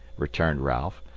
returned ralph.